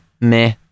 meh